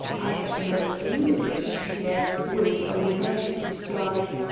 i had never seen a british peer, with or without his disguise,